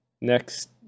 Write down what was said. Next